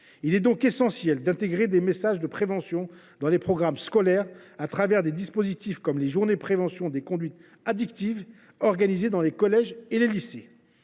Il est donc essentiel d’intégrer des messages de prévention dans les programmes scolaires, des dispositifs tels que les journées de prévention des conduites addictives organisées dans les collèges et lycées.